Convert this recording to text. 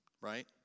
right